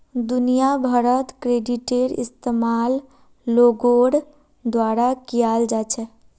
दुनिया भरत क्रेडिटेर इस्तेमाल लोगोर द्वारा कियाल जा छेक